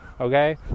Okay